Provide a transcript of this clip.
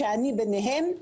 שאני ביניהם,